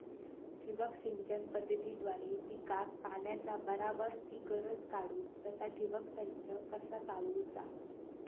ठिबक सिंचन पद्धतीद्वारे पिकाक पाण्याचा बराबर ती गरज काडूक तसा ठिबक संच कसा चालवुचा?